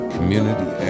Community